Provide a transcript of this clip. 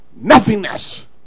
nothingness